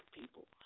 people